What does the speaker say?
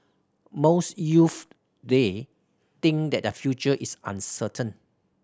most youths day think that their future is uncertain